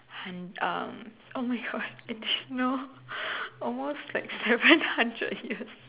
hun~ um oh my God additional almost like seven hundred years